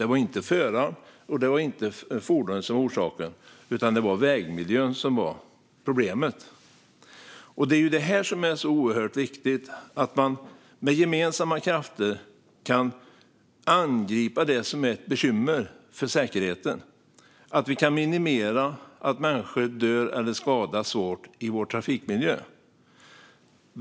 Det var inte föraren och det var inte fordonet som var orsaken, utan det var vägmiljön som var problemet. Det är detta som är så oerhört viktigt - att vi med gemensamma krafter kan angripa det som är ett bekymmer för säkerheten, att vi kan minimera att människor dör eller skadas svårt i vår trafikmiljö.